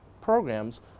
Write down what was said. programs